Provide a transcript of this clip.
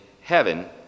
heaven